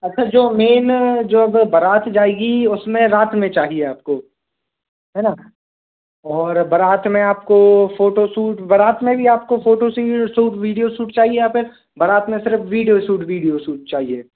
अच्छा जो मेन जो ब बारात जाएगी उसमें रात में चाहिए आपको है न और बारात में आपको फ़ोटोसूट बारात में भी आपको फोटो सी सूट वीडियो सूट चाहिए या फिर बारात में सिर्फ वीडियो सूट वीडियो सूट चाहिए